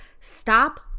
Stop